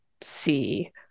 see